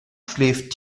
schläft